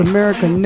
America